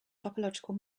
topological